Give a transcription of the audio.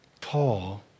Paul